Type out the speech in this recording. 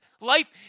life